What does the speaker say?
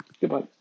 Goodbye